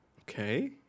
okay